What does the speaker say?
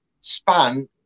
span